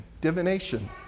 divination